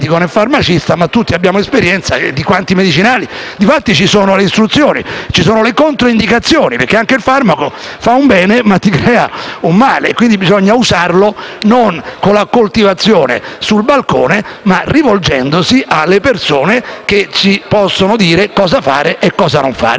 medicinali. Ci sono le istruzioni e le controindicazioni, perché anche il farmaco che fa un bene, crea un male. Quindi bisogna usarlo non coltivandolo sul balcone, ma rivolgendosi alle persone che ci possono dire cosa fare e cosa non fare. La questione non è quindi urgente, ma seria; non